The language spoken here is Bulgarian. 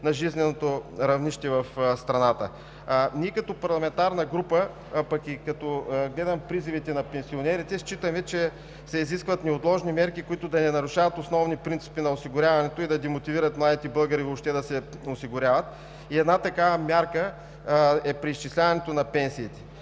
на жизненото равнище в страната. Ние като парламентарна група, а гледам и призивите на пенсионерите, считаме, че се изискват неотложни мерки, които да не нарушават основните принципи на осигуряването и да демотивират младите българи въобще да се осигуряват. Една такава мярка е преизчисляването на пенсиите.